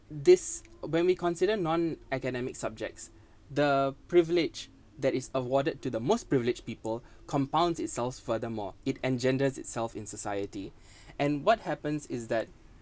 this when we consider non-academic subjects the privilege that is awarded to the most privileged people compounds itself furthermore it engenders itself in society and what happens is that